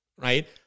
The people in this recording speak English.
right